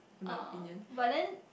uh but then